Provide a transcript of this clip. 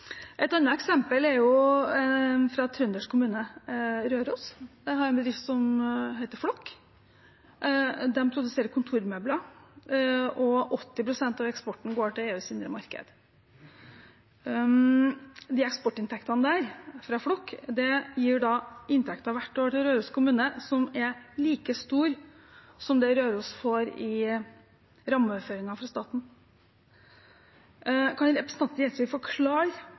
kommune. Røros har en bedrift som heter Flokk. De produserer kontormøbler, og 80 pst. av eksporten går til EUs indre marked. Eksportinntektene fra Flokk gir hvert år inntekter til Røros kommune som er like store som det Røros får i rammeoverføringer fra staten. Kan representanten Gjelsvik forklare